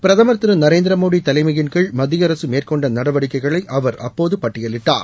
பிரதமர் திரு நரேந்திரமோடி தலைமையின் கீழ் மத்திய அரசு மேற்கொண்ட நடவடிக்கைகளை அவர் அப்போது பட்டியலிட்டார்